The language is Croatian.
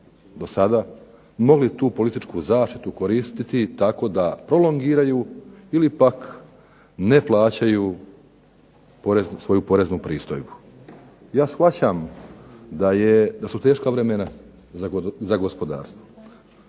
do sada mogli tu političku zaštitu koristiti da prolongiraju ili pak ne plaćaju svoju poreznu pristojbu. Ja shvaćam da su teška vremena za gospodarstvo,